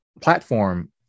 platform